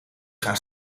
gaan